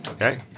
Okay